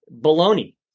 Baloney